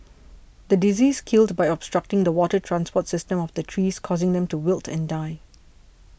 the disease killed by obstructing the water transport system of the trees causing them to wilt and die